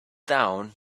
down